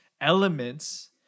elements